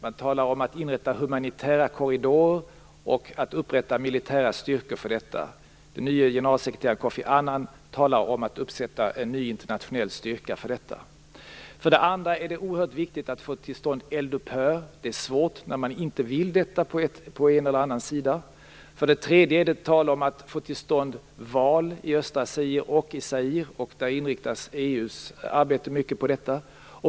Man talar om att inrätta humanitära korridorer och att upprätta militära styrkor för detta. Den nye generalsekreteraren Kofi Annan talar om att upprätta en ny internationell styrka för detta. För det andra är det oerhört viktigt att få till stånd eldupphör. Det är svårt när man på en eller annan sida inte vill detta. För det tredje är det tal om att få till stånd val i östra Zaire och i Zaire. EU:s arbete inriktas mycket på detta.